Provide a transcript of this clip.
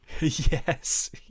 Yes